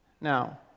Now